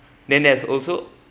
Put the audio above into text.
then there's also